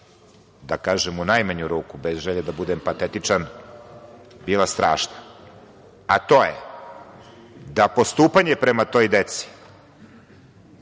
da kažem, u najmanju ruku, bez želje da budem patetičan, strašna, a to je da postupanje prema toj deci,